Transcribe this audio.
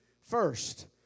first